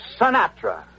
Sinatra